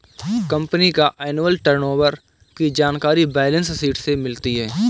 company का annual turnover की जानकारी बैलेंस शीट से मिलती है